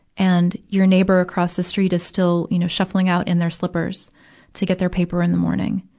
and your neighbor across the street is still, you know, shuffling out in their slippers to get their paper in the morning.